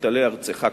מובטלי ארצך קודמים.